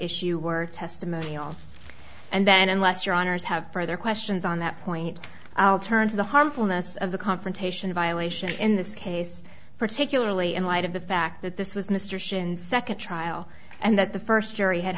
issue were testimonial and then unless your honour's have further questions on that point i'll turn to the harmfulness of the confrontation violation in this case particularly in light of the fact that this was mr shinde second trial and that the first jury had